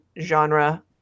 genre